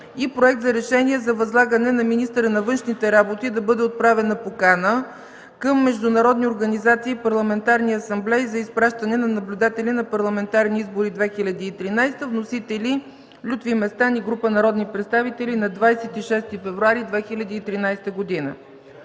и Проект за решение за възлагане на министъра на външните работи да бъде отправена покана към международни организации и парламентарни асамблеи за изпращане на наблюдатели на Парламентарни избори 2013, внесен от Лютви Местан и група народни представители на 26 февруари 2013 г.